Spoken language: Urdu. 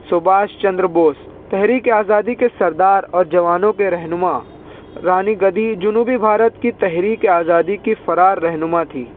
سبھاش چندر بوس تحریکِ آزادی کے سردار اور جوانوں کے رہنما رانی گدی جنوبی بھارت کی تحریکِ آزادی کی فرار رہنما تھی